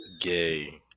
Gay